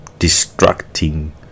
distracting